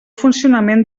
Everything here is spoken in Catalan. funcionament